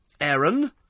Aaron